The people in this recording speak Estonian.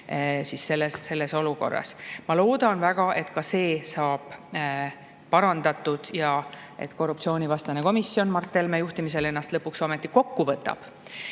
maailma juhtivriigina. Ma loodan väga, et ka see saab parandatud ja et korruptsioonivastane komisjon Mart Helme juhtimisel ennast lõpuks ometi kokku võtab.